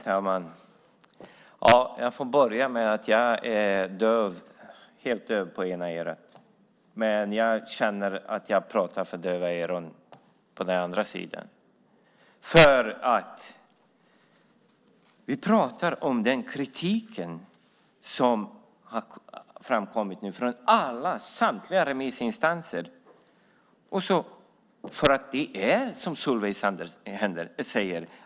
Herr talman! Jag får börja med att jag är helt döv på ena örat, men jag känner att jag pratar för döva öron på den andra sidan. Vi pratar om den kritik som har framkommit från samtliga remissinstanser. Det är som Solveig Zander säger.